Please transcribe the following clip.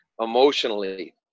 emotionally